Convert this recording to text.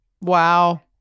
Wow